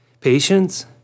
patience